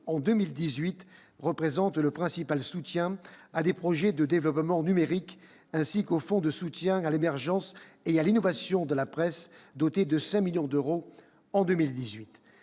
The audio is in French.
en 2018, représente le principal soutien à des projets de développement numérique, ainsi qu'au Fonds de soutien à l'émergence et à l'innovation de la presse, doté de 5 millions d'euros en 2018.